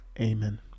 amen